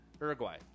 Uruguay